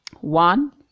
One